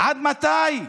עד מתי?